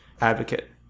advocate